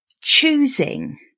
choosing